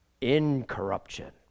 incorruption